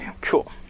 cool